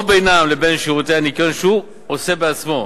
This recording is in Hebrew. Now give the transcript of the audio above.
או בינם לבין שירותי הניכיון שהוא עושה בעצמו,